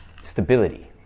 stability